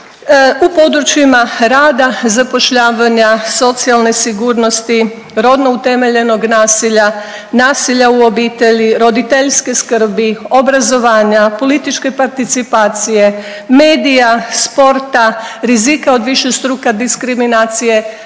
u područjima rada, zapošljavanja, socijalne sigurnosti, rodno utemeljenog nasilja, nasilja u obitelji, roditeljske skrbi, obrazovanja, političke participacije, medija, sporta, rizika od višestruka diskriminacije,